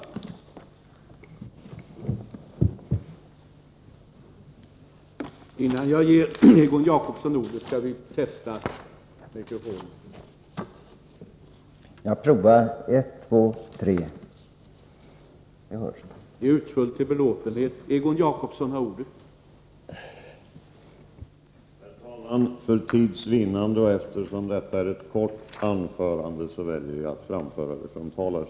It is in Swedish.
Det har följande lydelse: